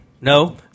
No